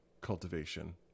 cultivation